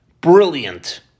Brilliant